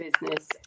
business